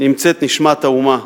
נמצאת נשמת האומה,